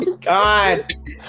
god